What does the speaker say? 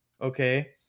okay